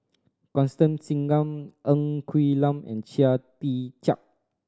Constance Singam Ng Quee Lam and Chia Tee Chiak